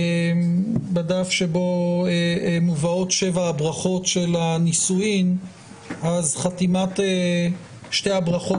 בדף שבו מובאות 7 הברכות של הנישואין חתימת שתי הברכות